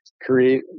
create